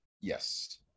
yes